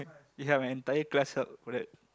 ya my entire class help for that